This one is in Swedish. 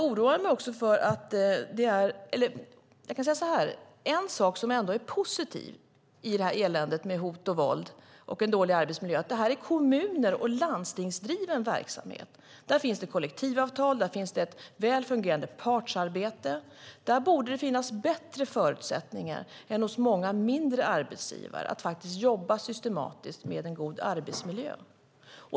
En sak som ändå är positiv i eländet med hot, våld och en dålig arbetsmiljö är att det här är kommun och landstingsdriven verksamhet där det finns kollektivavtal och ett väl fungerande partsarbete. Där borde det finnas bättre förutsättningar än hos många mindre arbetsgivare att jobba systematiskt med en god arbetsmiljö.